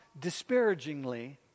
disparagingly